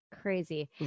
crazy